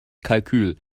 kalkül